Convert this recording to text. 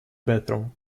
bathroom